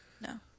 No